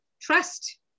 Trust